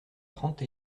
trente